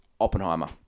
Oppenheimer